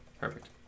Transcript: perfect